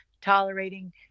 tolerating